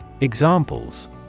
Examples